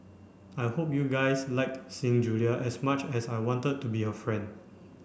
I hope you guys liked seeing Julia as much as I wanted to be her friend